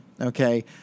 okay